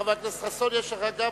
גם לחבר הכנסת חסון יש רשות דיבור,